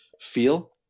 feel